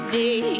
day